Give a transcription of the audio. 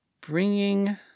bringing